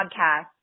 podcast